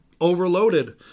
Overloaded